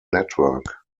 network